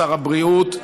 שר הבריאות,